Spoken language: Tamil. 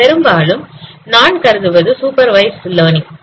பெரும்பாலும் நான் கருதுவது சூப்பர்வைஸ்ட் லர்ன்ங்